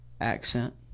accent